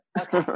Okay